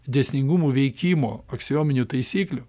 dėsningumų veikimo aksiominių taisyklių